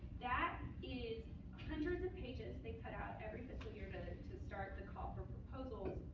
that is hundreds of pages they put out every fiscal year budget to start the call for proposals.